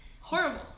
Horrible